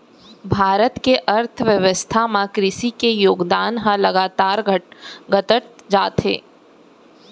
भारत के अर्थबेवस्था म कृसि के योगदान ह लगातार घटत जात हे